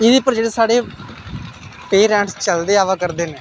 एह्दे पर साढ़े जेह्डे पेरंट्स चलदे आवा करदे न